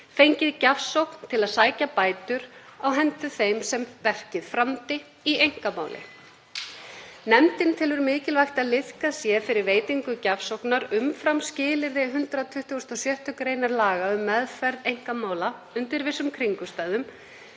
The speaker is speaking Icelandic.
fengið gjafsókn til að sækja bætur á hendur þeim sem verkið framdi í einkamáli. Nefndin telur mikilvægt að liðkað sé fyrir veitingu gjafsóknar umfram skilyrði 126. gr. laga um meðferð einkamála undir vissum kringumstæðum